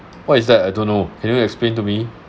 what is that I don't know can you explain to me